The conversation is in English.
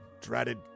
dreaded